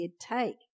Take